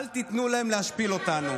אל תיתנו להם להשפיל אותנו.